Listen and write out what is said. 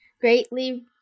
greatly